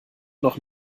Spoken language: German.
noch